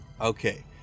Okay